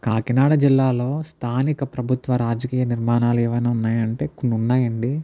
కాకినాడ జిల్లాలో స్థానిక ప్రభుత్వ రాజకీయ నిర్మాణాలు ఏవైనా ఉన్నాయా అంటే కొన్ని ఉన్నాయి అండి